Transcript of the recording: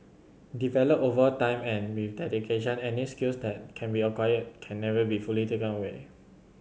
developed over time and with dedication any skill that can be acquired can never be fully taken away